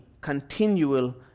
continual